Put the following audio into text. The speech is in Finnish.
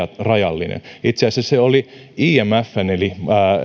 rajallinen itse asiassa se oli imfn eli